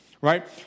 right